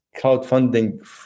crowdfunding